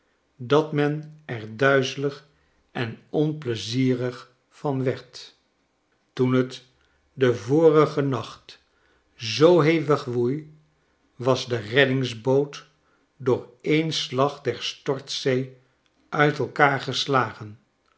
dat men er duizelig en onpleizierig van werd toen t den vorigen nacht zoo hevig woei was de reddingboot door een slag der stortzee uitelkaar geslagen